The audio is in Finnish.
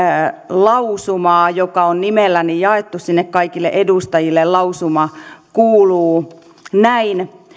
lausumaa joka on nimelläni jaettu sinne kaikille edustajille lausuma kuuluu näin